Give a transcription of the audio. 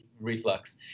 reflux